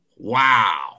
Wow